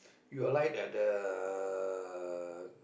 you alight at the